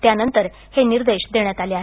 त्यानंतर हे निर्देश देण्यात आले आहेत